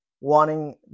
wanting